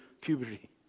puberty